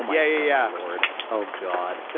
um yeah yeah, lord. oh, god.